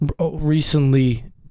recently